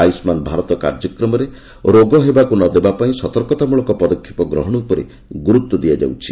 ଆୟୁଷ୍ମାନ୍ ଭାରତ କାର୍ଯ୍ୟକ୍ରମରେ ରୋଗ ହେବାକୁ ନ ଦେବା ପାଇଁ ସତର୍କତାମୂଳକ ପଦକ୍ଷେପ ଗ୍ରହଣ ଉପରେ ଗୁରୁତ୍ୱ ଦିଆଯାଉଛି